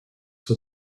for